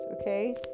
okay